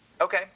Okay